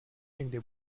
někde